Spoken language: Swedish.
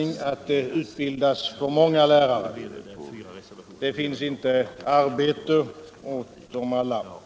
I det följande redovisas endast de punkter, vid vilka under överläggningen framställts särskilda yrkanden.